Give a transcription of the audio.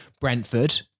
Brentford